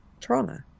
trauma